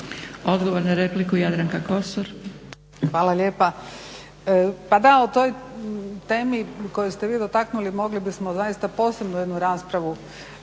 **Kosor, Jadranka (Nezavisni)** Hvala lijepa. Pa da, o toj temi koju ste vi dotaknuli mogli bismo zaista posebnu jednu raspravu